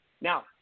Now